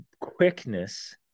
Quickness